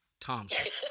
Thompson